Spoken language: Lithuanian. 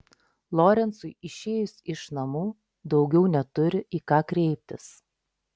lorencui išėjus iš namų daugiau neturi į ką kreiptis